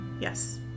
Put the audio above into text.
Yes